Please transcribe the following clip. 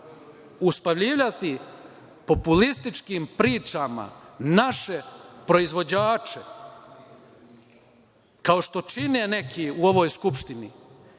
Uspaljivati populističkim pričama naše proizvođače, kao što čine neki u ovoj Skupštini